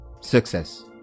success